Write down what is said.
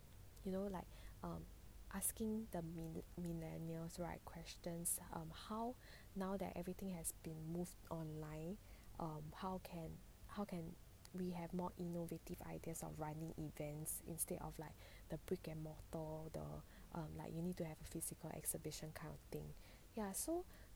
you know like um asking the millennials right questions um how now that everything has been moved online um how can we have more innovative ideas of running events instead of like the brick and mortar the um like you need to have a physical exhibition kind of thing ya so